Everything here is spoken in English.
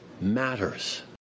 matters